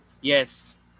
Yes